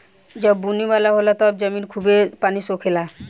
जब बुनी होला तब जमीन खूबे पानी सोखे ला